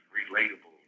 relatable